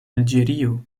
alĝerio